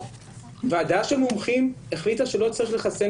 ועדה של מומחים החליטה שלא צריך לחסן